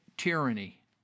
tyranny